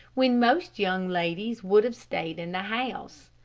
when most young ladies would have stayed in the house.